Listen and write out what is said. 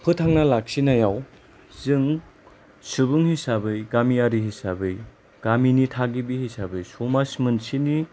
फोथांना लाखिनायाव जों सुबुं हिसाबै गामियारि हिसाबै गामिनि थागिबि हिसाबै समाज मोनसेनि